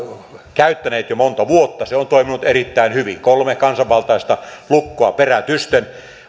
käyttäneet jo monta vuotta ja se on toiminut erittäin hyvin kolme kansanvaltaista lukkoa perätysten